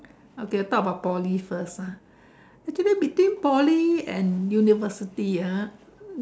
okay talk about Poly first ah actually between Poly and university ah